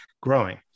growing